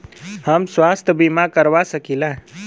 हम स्वास्थ्य बीमा करवा सकी ला?